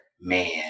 man